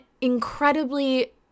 incredibly